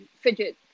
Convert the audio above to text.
fidget